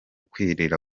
kwirira